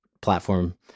platform